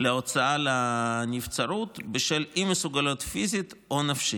להוצאה לנבצרות בשל אי-מסוגלות פיזית או נפשית,